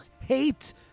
hate